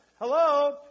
Hello